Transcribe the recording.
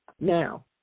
Now